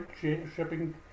shipping